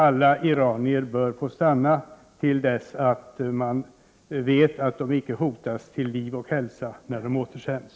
Alla iranier borde få stanna tills man vet att de inte hotas till liv och hälsa när de återsänds.